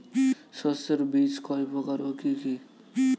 শস্যের বীজ কয় প্রকার ও কি কি?